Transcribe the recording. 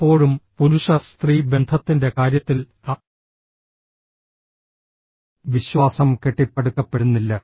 പലപ്പോഴും പുരുഷ സ്ത്രീ ബന്ധത്തിന്റെ കാര്യത്തിൽ വിശ്വാസം കെട്ടിപ്പടുക്കപ്പെടുന്നില്ല